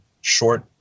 short